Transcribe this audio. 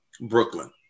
Brooklyn